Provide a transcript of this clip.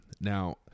Now